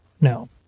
no